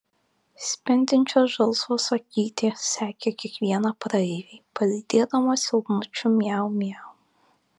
spindinčios žalsvos akytės sekė kiekvieną praeivį palydėdamos silpnučiu miau miau